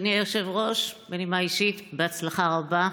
אדוני היושב-ראש, בנימה אישית, בהצלחה רבה.